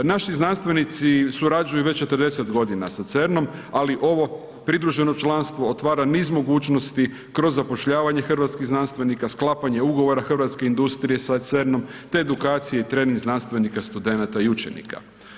Naši znanstvenici surađuju već 40 g. sa CERN-om ali ovo pridruženo članstvo otvara niz mogućnosti kroz zapošljavanje hrvatskih znanstvenika, sklapanje ugovora hrvatske industrije sa CERN-om te edukacije i trening znanstvenika, studenata i učenika.